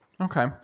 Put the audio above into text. Okay